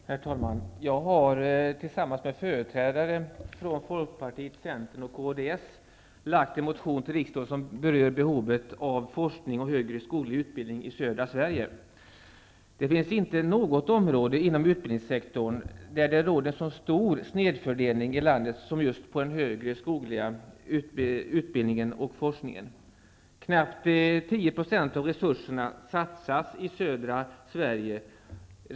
Herr talman! Jag har tillsammans med företrädare från Folkpartiet, Centern och kds lagt en motion till riksdagen som berör behovet av forskning och högre skoglig utbildning i södra Sverige. Det finns inte något område inom utbildningssektorn där det råder en så stor snedfördelning i landet som just den högre skogliga utbildningen och forskningen. Knappt 10 % av resurserna satsas i södra Sverige.